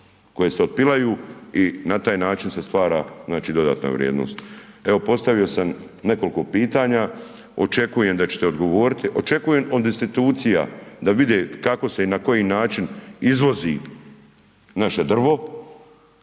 koje se otpilaju i na taj način se stvari znači dodatna vrijednost. Evo postavio sam nekoliko pitanja, očekujem da ćete odgovorit, očekujem od institucija da vide kako se i na koji način izvozi naše drvo,